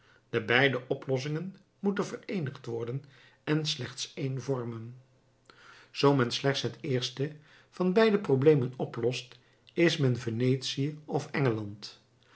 de beide oplossingen moeten vereenigd worden en slechts één vormen zoo men slechts het eerste van beide problemen oplost is men venetië of engeland